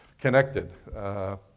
connected